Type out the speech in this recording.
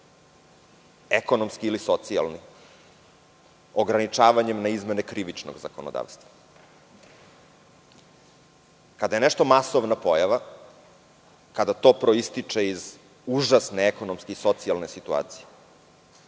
ekonomski ili socijalni, ograničavanjem na izmene krivičnog zakonodavstva. Kada je nešto masovna pojava, kada to proističe iz užasne ekonomske i socijalne situacije